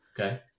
Okay